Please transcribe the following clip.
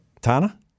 Tana